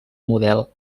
model